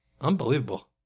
Unbelievable